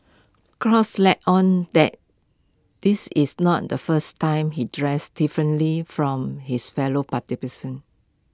cross let on that this is not the first time he dressed differently from his fellow